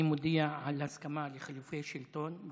אני מודיע על הסכמה לחילופי שלטון.